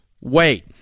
wait